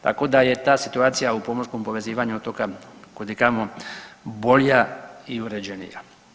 Tako da je ta situacija u pomorskom povezivanju otoka kud i kamo bolja i uređenija.